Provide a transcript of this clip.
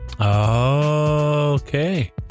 Okay